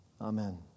Amen